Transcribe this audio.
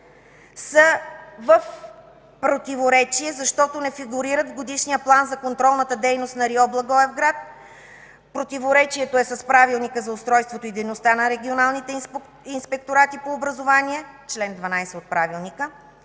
са в противоречие, защото не фигурират в Годишния план за контролната дейност на РИО – Благоевград. Противоречието е с Правилника за устройството и дейността на регионалните инспекторати по образование – чл. 12 от Правилника,